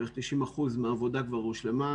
בערך 90% מהעבודה כבר הושלמה.